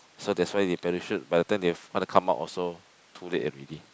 so that's why they parachute by the time they want to come out also too late already